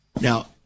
Now